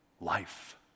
life